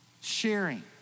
Sharing